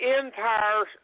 entire